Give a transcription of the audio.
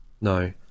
No